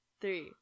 Three